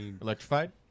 Electrified